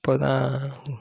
அப்போதுதான்